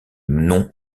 nom